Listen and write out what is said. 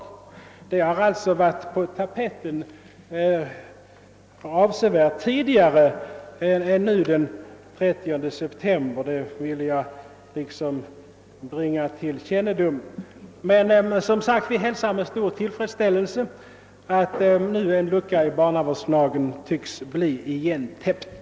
Saken har alltså varit på tapeten avsevärt tidigare än den 30 september i år, och det är detta jag velat bringa till kännedom. Men som sagt: vi hälsar med stor tillfredsställelse att en lucka i barnavårdslagen nu tycks bli igentäppt.